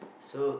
so